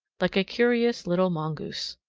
like a curious little mongoose.